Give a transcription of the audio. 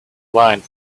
line